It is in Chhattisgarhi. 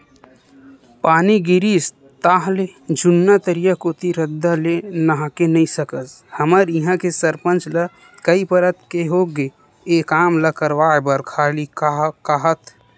पानी गिरिस ताहले जुन्ना तरिया कोती रद्दा ले नाहके नइ सकस हमर इहां के सरपंच ल कई परत के होगे ए काम ल करवाय बर खाली काहत